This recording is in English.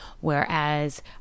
Whereas